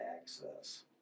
access